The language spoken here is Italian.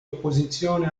opposizione